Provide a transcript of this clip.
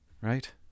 right